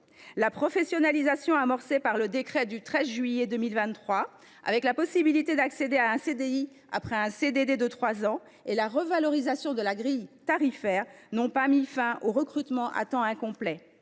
La professionnalisation amorcée par le décret du 13 juillet 2023, avec la possibilité d’accéder à un CDI après un CDD de trois ans et la revalorisation de la grille indiciaire, n’a pas mis fin aux recrutements à temps incomplet.